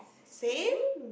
same